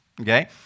okay